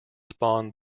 spawn